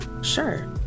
Sure